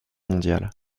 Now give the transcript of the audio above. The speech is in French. mondial